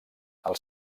els